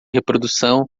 reprodução